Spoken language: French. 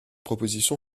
proposition